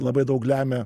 labai daug lemia